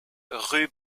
rue